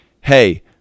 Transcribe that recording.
hey